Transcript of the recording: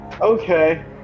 Okay